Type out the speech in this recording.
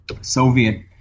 Soviet